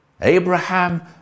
Abraham